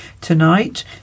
Tonight